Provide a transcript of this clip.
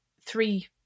three